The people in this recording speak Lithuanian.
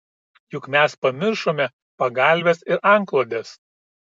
juk mes pamiršome pagalves ir antklodes